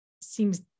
seems